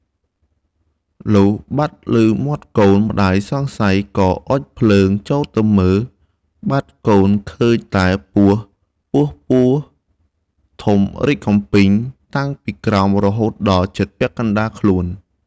លុះបាត់ឮមាត់កូន ម្ដាយសង្ស័យក៏អុជភ្លើង ចូលទៅមើល បាត់កូនឃើញតែពោះពស់ធំកំពីង តាំងពីក្រោមរហូតដល់ជិតពាក់កណ្ដាលខ្លួន ។